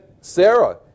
Sarah